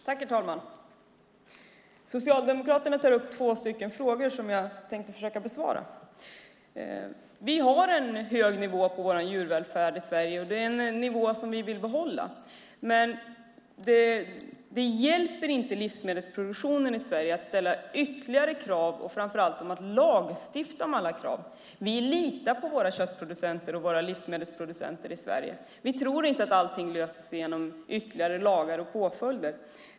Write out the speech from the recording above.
Herr talman! Socialdemokraterna tar upp två frågor som jag tänkte försöka besvara. Vi har en hög nivå på djurvälfärden i Sverige. Den nivån vill vi behålla. Men det hjälper inte livsmedelsproduktionen i Sverige att man ställer ytterligare krav, framför allt inte om man lagstiftar om alla krav. Vi litar på våra köttproducenter och livsmedelsproducenter i Sverige. Vi tror inte att allting löses genom ytterligare lagar och påföljder.